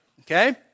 okay